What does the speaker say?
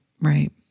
right